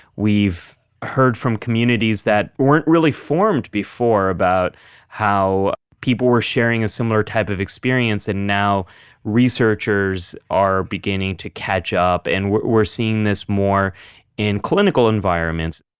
we've heard from communities that weren't really formed before about how people were sharing a similar type of experience and now researchers are beginning to catch up and we're seeing this more in clinical environments